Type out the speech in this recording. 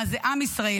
מה זה עם ישראל,